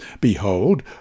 Behold